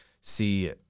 see